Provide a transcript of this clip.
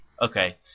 Okay